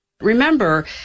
Remember